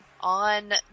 on